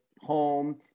home